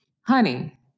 Honey